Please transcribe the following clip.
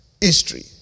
History